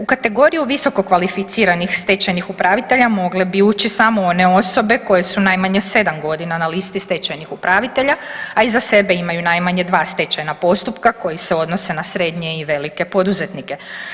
U kategoriju visoko kvalificiranih stečajnih upravitelja mogle bi ući samo one osobe koje su najmanje sedam godina na listi stečajnih upravitelja, a iza sebe imaju najmanje dva stečajna postupka koji se odnose na srednje i velike poduzetnike.